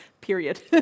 Period